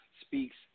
speaks